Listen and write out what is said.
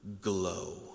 glow